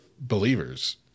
believers